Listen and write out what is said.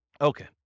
Okay